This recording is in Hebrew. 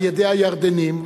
על-ידי הירדנים,